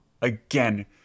Again